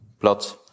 plots